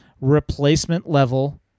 replacement-level